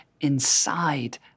inside